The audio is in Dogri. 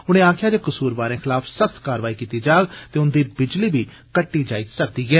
उनें आक्खेया ऐ जे कसूरवारें खलाफ सख्त कारवाई कीती जाग ते उन्दी बिजली बी कट्टी जाई सकदी ऐ